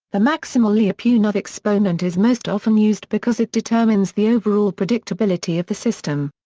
the maximal lyapunov exponent is most often used because it determines the overall predictability of the system.